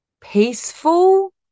peaceful